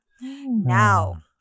Now